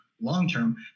long-term